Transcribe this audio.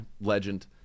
legend